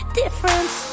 difference